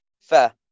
Fair